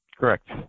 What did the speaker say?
Correct